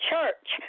church